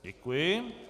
Děkuji.